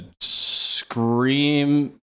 Scream